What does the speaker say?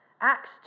Acts